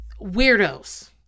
Weirdos